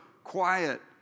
quiet